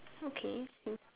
okay seem right